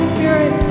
Spirit